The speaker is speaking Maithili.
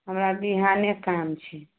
हमरा विहाने काम छै